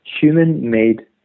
human-made